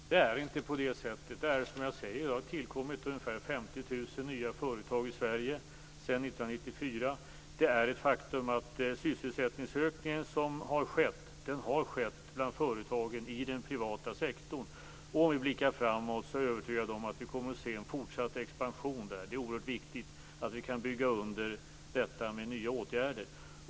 Fru talman! Det är inte på det sättet. Det är som jag säger. Det har tillkommit ungefär 50 000 nya företag i Sverige sedan 1994. Det är ett faktum att den sysselsättningsökning som har skett har kommit bland företagen i den privata sektorn. Om vi blickar framåt är jag övertygad om att vi kommer att se en fortsatt expansion där. Det är oerhört viktigt att vi kan bygga under detta med nya åtgärder.